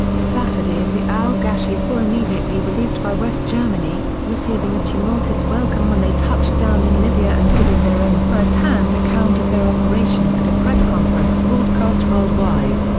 safady and the al-gasheys were immediately released by west germany, receiving a tumultuous welcome when they touched down in libya and giving their own firsthand account of their operation at a press conference broadcast worldwide.